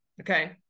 Okay